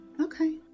Okay